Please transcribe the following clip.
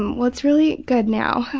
um well it's really good now.